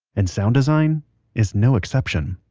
and sound design is no exception